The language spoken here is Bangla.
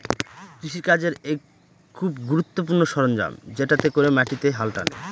কৃষি কাজের এক খুব গুরুত্বপূর্ণ সরঞ্জাম যেটাতে করে মাটিতে হাল টানে